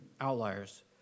outliers